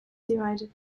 divided